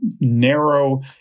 narrow